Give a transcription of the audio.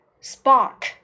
spark